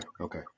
okay